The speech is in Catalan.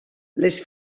les